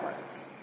words